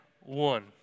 one